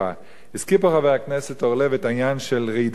הזכיר פה חבר הכנסת אורלב את העניין של רעידת אדמה.